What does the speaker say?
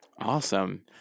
Awesome